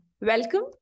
welcome